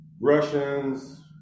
Russians